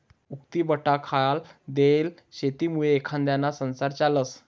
उक्तीबटाईखाल देयेल शेतीमुये एखांदाना संसार चालस